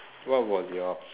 what was your